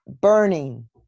burning